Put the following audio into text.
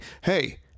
hey